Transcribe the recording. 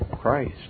Christ